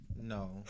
No